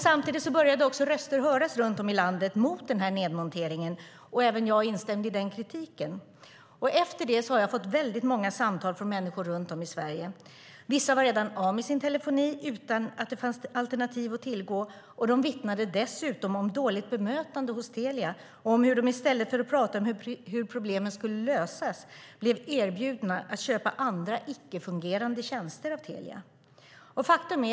Samtidigt började röster höras runt om i landet mot nedmonteringen, och även jag instämde i kritiken. Efter det har jag fått väldigt många samtal från människor runt om i Sverige. Vissa var redan av med sin telefoni utan att det fanns alternativ att tillgå. De vittnade dessutom om dåligt bemötande hos Telia och hur de, i stället för Telia skulle prata om hur problemen skulle lösas, blev erbjudna att köpa andra icke-fungerande tjänster av Telia.